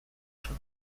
шагу